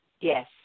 Yes